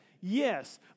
Yes